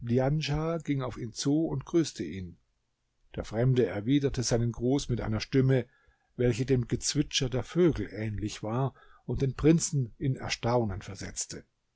ging auf ihn zu und grüßte ihn der fremde erwiderte seinen gruß mit einer stimme welche dem gezwitscher der vögel ähnlich war und den prinzen in erstaunen versetzte